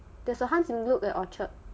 there's a hans im gluck at orchard